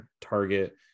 Target